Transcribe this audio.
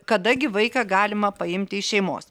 kada gi vaiką galima paimti iš šeimos